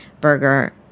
burger